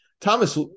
Thomas